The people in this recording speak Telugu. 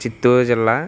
చిత్తూరు జిల్లా